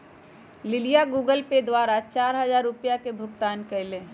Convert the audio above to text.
लिलीया Google Pay द्वारा चार हजार रुपिया के भुगतान कई लय